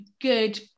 good